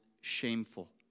shameful